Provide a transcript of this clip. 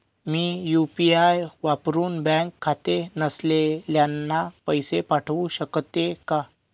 मी UPI वापरुन bank खाते नसलेल्यांना पैसे पाठवू शकते का?